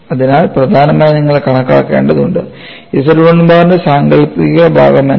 അതിനാൽ പ്രധാനമായും നിങ്ങൾ കണക്കാക്കേണ്ടതുണ്ട് Z1 ബാറിന്റെ സാങ്കൽപ്പിക ഭാഗം എന്താണ്